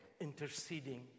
interceding